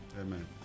Amen